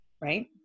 right